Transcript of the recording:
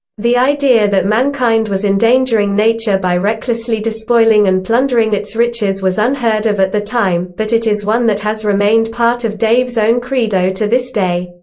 the idea that mankind was endangering nature by recklessly despoiling and plundering its riches was unheard of at the time, but it is one that has remained part of dave's own credo to this day.